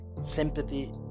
sympathy